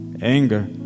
anger